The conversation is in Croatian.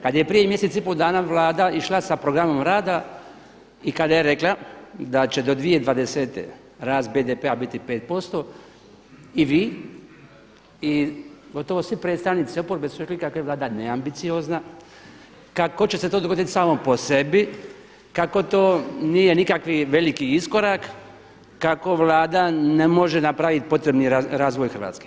Kad je prije mjesec i po dana Vlada išla sa programom rada i kada je rekla da će do 2020. rast BDP biti 5% i vi i gotovo svi predstavnici oporbe su rekli kako je Vlada neambiciozna, kako će se to dogoditi samo po sebi, kako to nije nikakvi veliki iskorak, kako Vlada ne može napravit potrebni razvoj Hrvatske.